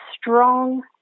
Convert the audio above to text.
strong